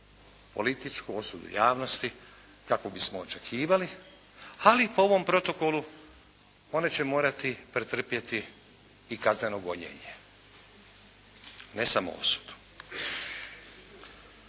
političku osudu javnosti kakvu bismo očekivali. Ali po ovom protokolu one će morati pretrpjeti i kazneno gonjenje, ne samo osudu.